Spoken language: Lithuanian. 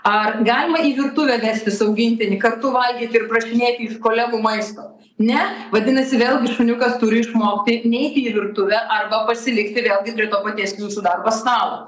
ar galima į virtuvę vestis augintinį kartu valgyti ir prašinėti iš kolegų maisto ne vadinasi vėlgi šuniukas turi išmokti neiti į virtuvę arba pasilikti vėlgi prie to paties jūsų darbo stalo